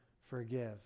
forgive